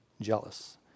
jealous